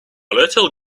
little